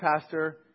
pastor